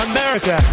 America